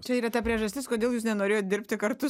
čia yra ta priežastis kodėl jūs nenorėjot dirbti kartu